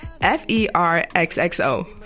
F-E-R-X-X-O